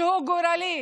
שהוא גורלי,